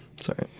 sorry